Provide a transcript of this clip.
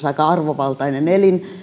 aika arvovaltainen elin